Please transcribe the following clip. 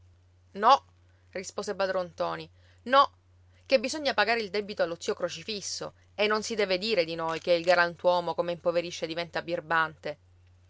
no rispose padron ntoni no ché bisogna pagare il debito allo zio crocifisso e non si deve dire di noi che il galantuomo come impoverisce diventa birbante